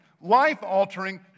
life-altering